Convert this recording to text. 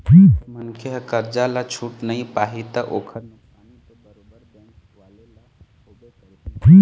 जब मनखे ह करजा ल छूट नइ पाही ता ओखर नुकसानी तो बरोबर बेंक वाले ल होबे करही